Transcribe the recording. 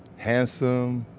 handsome,